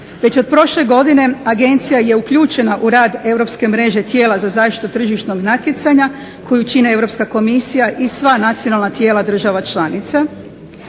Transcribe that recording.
Već od prošle godine agencija je uključena u rad europske mreže tijela za zaštitu tržišnog natjecanja koju čine Europska komisija i sva nacionalna tijela država članica.